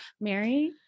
Mary